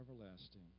everlasting